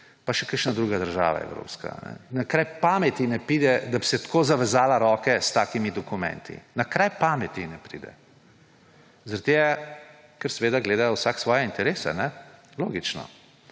pa še kakšne druge države evropske. Na kraj pameti ji ne pride, da bi si tako zavezala roke s takimi dokumenti! Na kraj pameti ji ne pride! Zaradi tega, ker seveda gledajo vsak svoje interese. Logično.